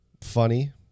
funny